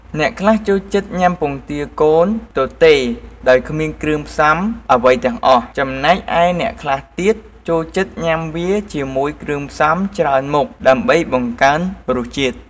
អ្នកខ្លះចូលចិត្តញ៉ាំពងទាកូនទទេដោយគ្មានគ្រឿងផ្សំអ្វីទាំងអស់ ចំណែកឯអ្នកខ្លះទៀតចូលចិត្តញ៉ាំវាជាមួយគ្រឿងផ្សំច្រើនមុខដើម្បីបង្កើនរសជាតិ។